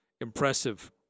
impressive